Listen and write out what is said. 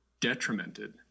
detrimented